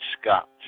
Scott